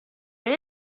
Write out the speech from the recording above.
but